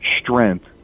strength